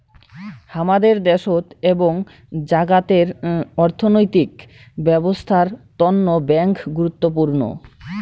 হামাদের দ্যাশোত এবং জাগাতের অর্থনৈতিক ব্যবছস্থার তন্ন ব্যাঙ্ক গুরুত্বপূর্ণ